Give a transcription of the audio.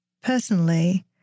personally